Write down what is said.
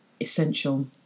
essential